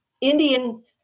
Indian